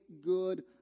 good